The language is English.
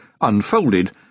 unfolded